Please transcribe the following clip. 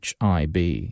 HIB